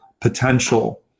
potential